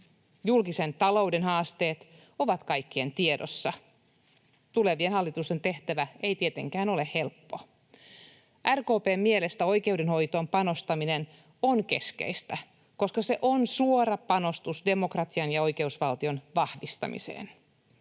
Julkisen talouden haasteet ovat kaikkien tiedossa. Tulevien hallitusten tehtävä ei tietenkään ole helppo. RKP:n mielestä oikeudenhoitoon panostaminen on keskeistä, koska se on suora panostus demokratian ja oikeusvaltion vahvistamiseen.